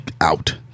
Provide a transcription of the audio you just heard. out